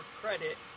credit